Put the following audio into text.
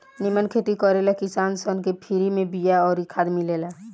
निमन खेती करे ला किसान सन के फ्री में बिया अउर खाद मिलेला